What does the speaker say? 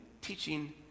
teaching